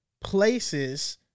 places